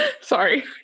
Sorry